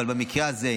אבל במקרה הזה,